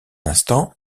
instant